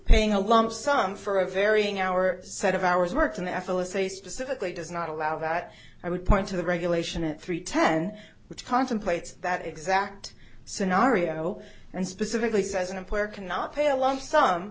paying a lump sum for a very in our set of hours worked in f l a say specifically does not allow that i would point to the regulation at three ten which contemplates that exact scenario and specifically says an employer cannot pay a lump sum